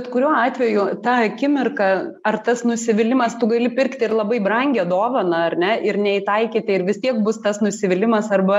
bet kuriuo atveju tą akimirką ar tas nusivylimas tu gali pirkti ir labai brangią dovaną ar ne ir neįtaikyti ir vis tiek bus tas nusivylimas arba